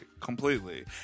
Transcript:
Completely